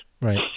Right